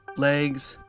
legs,